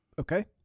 Okay